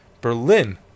Berlin